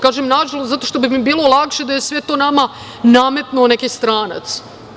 Kažem nažalost, zato što bi mi bilo lakše da je sve to nama nametnuo neki stranac.